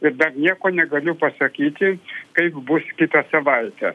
ir dar nieko negaliu pasakyti kaip bus kitą savaitę